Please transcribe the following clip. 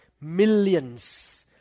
millions